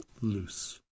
loose